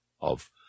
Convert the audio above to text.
of